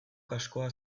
kaskoa